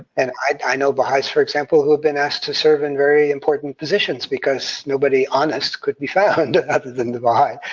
and i know baha'is, for example, who have been asked to serve in very important positions because nobody honest could be found, other than the baha'i,